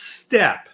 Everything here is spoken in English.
step